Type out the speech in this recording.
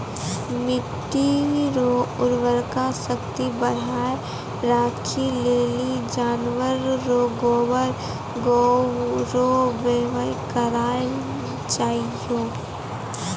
मिट्टी रो उर्वरा शक्ति बढ़ाएं राखै लेली जानवर रो गोबर गोत रो वेवहार करना चाहियो